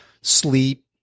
sleep